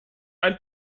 ein